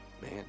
Man